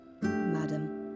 Madam